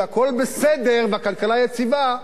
שהכול בסדר והכלכלה יציבה,